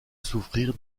souffrir